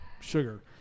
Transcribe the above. sugar